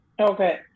Okay